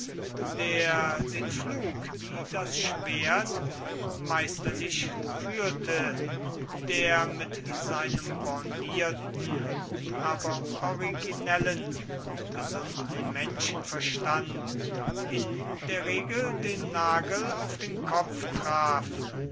der den pflug wie das schwert meisterlich führte der mit seinem bornierten aber originellen und gesunden menschenverstand in der regel den nagel auf den kopf traf